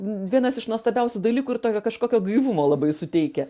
vienas iš nuostabiausių dalykų ir tokio kažkokio gaivumo labai suteikia